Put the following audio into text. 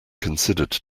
considered